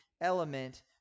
element